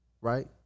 right